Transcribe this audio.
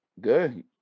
Good